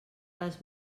les